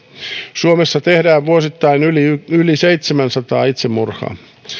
suomessa tehdään vuosittain yli yli seitsemänsataa itsemurhaa